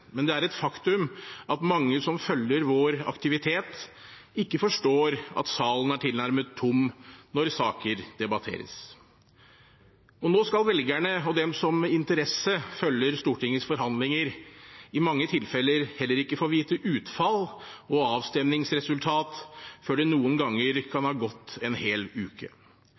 men det er et faktum at mange som følger vår aktivitet, ikke forstår at salen er tilnærmet tom når saker debatteres. Og nå skal velgerne og de som med interesse følger Stortingets forhandlinger, i mange tilfeller heller ikke få vite utfall og avstemningsresultat før det noen ganger kan ha gått en hel uke.